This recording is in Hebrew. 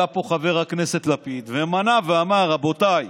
עלה פה חבר הכנסת לפיד ומנה ואמר: רבותיי,